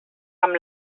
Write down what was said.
amb